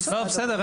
בסדר.